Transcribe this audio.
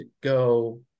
go